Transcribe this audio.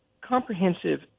comprehensive